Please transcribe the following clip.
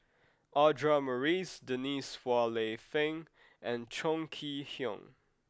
Audra Morrice Denise Phua Lay Peng and Chong Kee Hiong